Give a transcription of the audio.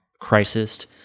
crisis